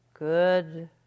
good